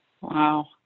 Wow